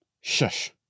shush